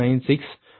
96